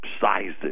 sizes